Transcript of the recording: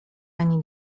ani